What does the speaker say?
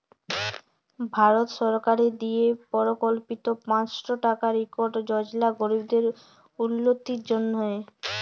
ভারত সরকারের দিয়ে পরকল্পিত পাঁচশ টাকার ইকট যজলা গরিবদের উল্লতির জ্যনহে